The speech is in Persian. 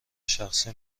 شخصی